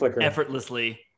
Effortlessly